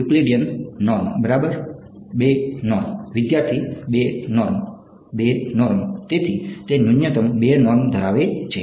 Euclidean norm બરાબર 2 norm વિદ્યાર્થી 2 norm 2 norm તેથી તે ન્યૂનતમ 2 નોર્મ ધરાવે છે